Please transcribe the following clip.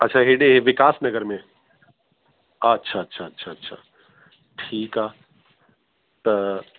अच्छा हेॾे विकास नगर में अच्छा अच्छा अच्छा अच्छा ठीकु आहे त